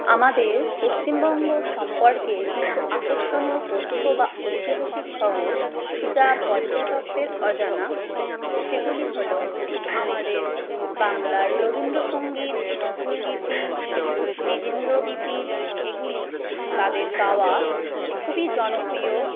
আমাদের পশ্চিমবঙ্গ সম্পর্কে কিছু আকর্ষণীয় তথ্য বা ঐতিহাসিক খবর যা পর্যটকদের অজানা সেগুলি হল আমাদের বাংলার রবীন্দ্রসঙ্গীত নজরুল গীতি দ্বিজেন্দ্র গীতি এগুলি তাদের গাওয়া খুবই জনপ্রিয়